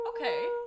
Okay